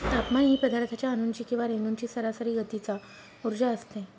तापमान ही पदार्थाच्या अणूंची किंवा रेणूंची सरासरी गतीचा उर्जा असते